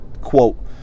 quote